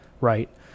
right